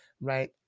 right